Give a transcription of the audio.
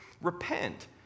Repent